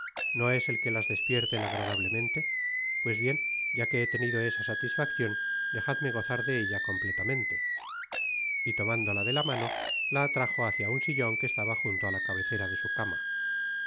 no es el que las despierten agradablemente pues bien ya que he tenido esa satisfaccion dejadme gozar de ella completamente y tomándola de la mano la atrajo hácia un sillon que estaba junto á la cabecera de su cama